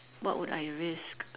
what would I risk